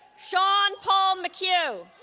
sean paul mchugh